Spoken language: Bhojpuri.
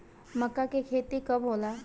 मक्का के खेती कब होला?